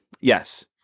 Yes